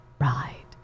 Right